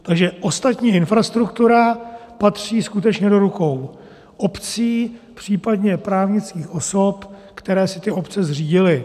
Takže ostatní infrastruktura patří skutečně do rukou obcí, případně právnických osob, které si ty obce zřídily.